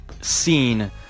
seen